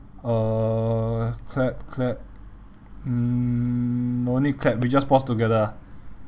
uh clap clap um no need clap we just pause together ah